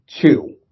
two